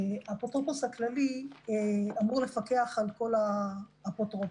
האפוטרופוס הכללי אמור לפקח על כל האפוטרופוסים.